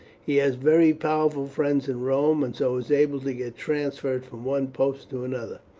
he has very powerful friends in rome, and so is able to get transferred from one post to another.